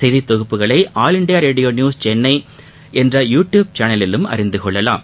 செய்தி தொகுப்புகளை all India radio news Chennai என்ற யு டியூப் சேனலிலும் அறிந்து கொள்ளலாம்